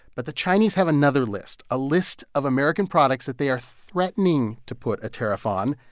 but the chinese have another list a list of american products that they are threatening to put a tariff on.